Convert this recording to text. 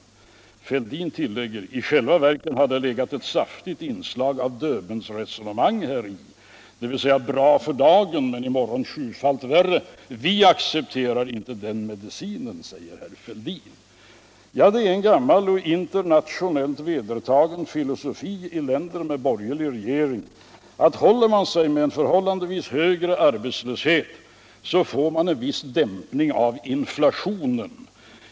Och herr Fälldin tillägger: I själva verket har det fegat ett saftigt inslag av Döbelnresonemang häri, dvs. bra för dagen men i morgon sjufali värre. Vi kan inte acceptera den medicinen, säger herr Fälldin. Ja, det är en gammal och internationellt vedertagen filosofi i landgr med borgerlig regering, att håller man sig med en förhållandevis högre arbetslöshet, så får man en viss dämpning av inflationen.